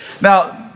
Now